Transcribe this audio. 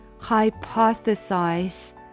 hypothesize